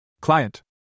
Client